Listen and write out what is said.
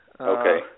Okay